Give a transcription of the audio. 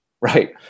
right